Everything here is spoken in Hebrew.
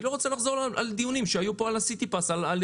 אני לא רוצה לחזור על הדיונים שהיו פה על הסיטיפס בירושלים,